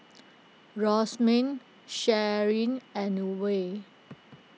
Sharyn and Wayde